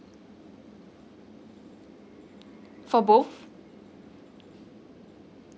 for both